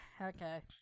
Okay